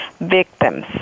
victims